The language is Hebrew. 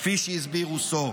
כפי שהסביר רוסו.